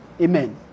Amen